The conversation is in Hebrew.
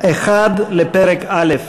1 לפרק א'.